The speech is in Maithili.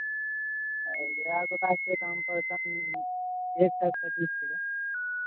उजरा गुलाबके दाम पड़तनि एक टा पचीसके